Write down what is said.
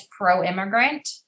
pro-immigrant